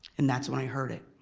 and that's when i heard it.